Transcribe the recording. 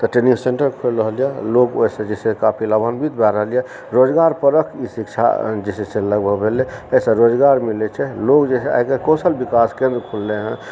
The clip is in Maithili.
तऽ ट्रेनिंग सेंटर खोलि रहल यऽ लोक ओहिसँ जे छै काफी लाभान्वित भए रहल यऽ रोजगार परक शिक्षा जे छै से लगभग भेलै एहिसँ रोजगार मिलै छै लोक जे है आइ काल्हि कौशल विकासके भी खोलले है